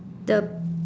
the